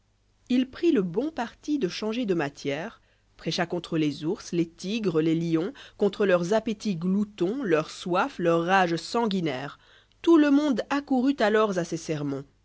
il prit le bon parti de changer de matière prêcha contre les ours les tigres les lions contre leurs appétits gloutons leur soif leur rage sanguinaire tout le monde accourut alors à ses sermons